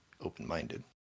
open-minded